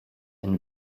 and